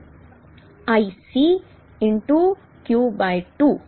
तो i C Q by 2